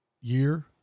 year